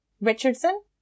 Richardson